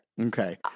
okay